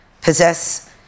possess